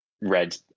red